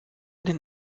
den